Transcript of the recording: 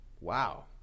Wow